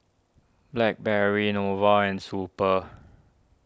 Blackberry Nova and Super